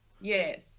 Yes